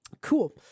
Cool